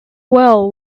well